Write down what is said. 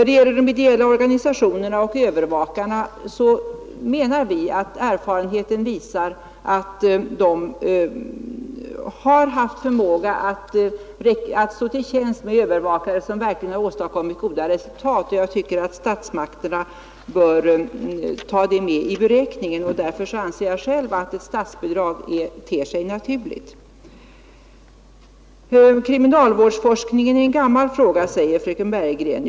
De ideella organisationerna och övervakarna har — det visar erfarenheten — haft förmågan att stå till tjänst med övervakare som verkligen åstadkommit goda resultat. Jag tycker att statsmakterna bör ta det med i beräkningen och att statsbidrag ter sig naturligt. Kriminalvårdsforskningen är en gammal fråga, säger fröken Bergegren.